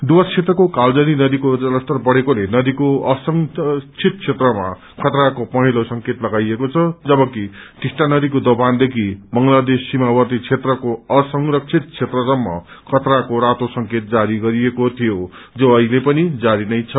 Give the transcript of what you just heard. डुवर्स क्षेत्रको कालजनी नदीको जलस्तर बढ़ेकोले नदीको असंरक्षित क्षेत्रमा खतराको पहेँलो संकेत लगाइएको छ जबकि टिस्टा नदीको दोमानदेखि बंगलादेश सीमावर्ती बेत्रको असंरक्षित बेत्रसम्म खतराको रातो संकेत जारी गरिएको थियो जो अहिले पनि जारी नै छ